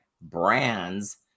brands